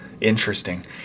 interesting